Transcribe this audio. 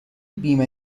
بیمه